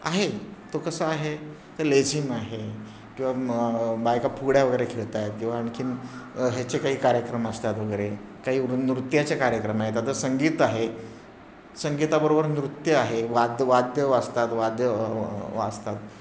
आहे तो कसं आहे तर लेझिम आहे किंवा मग बायका फुगड्या वगैरे खेळत आहेत किंवा आणखी ह्याचे काही कार्यक्रम असतात वगैरे काही नृ नृत्याचे कार्यक्रम आहेत आता संगीत आहे संगीताबरोबर नृत्य आहे वाद्य वाद्य वाजतात वाद वाजतात